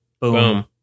Boom